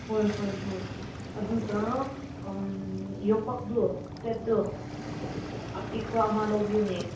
ꯍꯣꯏ ꯍꯣꯏ ꯍꯣꯏ ꯑꯗꯨꯒ ꯌꯣꯠꯄꯥꯛꯇꯣ ꯄꯦꯗꯗꯣ ꯑꯄꯤꯛꯄ ꯑꯃ ꯂꯧꯕꯤꯌꯨꯅꯦ